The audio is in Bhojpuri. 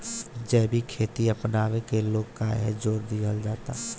जैविक खेती अपनावे के लोग काहे जोड़ दिहल जाता?